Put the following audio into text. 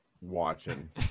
watching